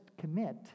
commit